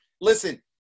listen